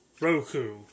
Roku